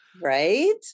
Right